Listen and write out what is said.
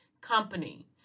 Company